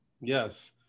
Yes